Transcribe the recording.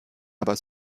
aber